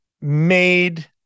made